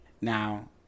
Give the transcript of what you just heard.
Now